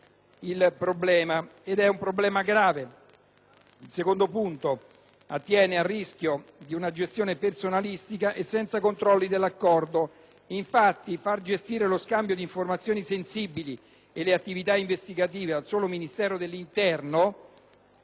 dell'Aula attiene al rischio di una gestione personalistica e senza controlli dell'Accordo. Infatti, far gestire lo scambio di informazioni sensibili e le attività investigative al solo Ministero dell'interno,